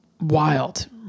Wild